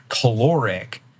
caloric